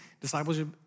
discipleship